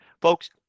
Folks